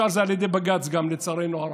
השאר נקבע גם על ידי בג"ץ, לצערנו הרב.